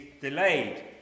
delayed